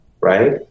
right